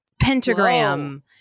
pentagram